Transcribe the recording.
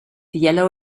yellow